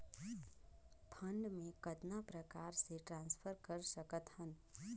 Fund मे कतना प्रकार से ट्रांसफर कर सकत हन?